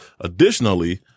Additionally